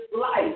life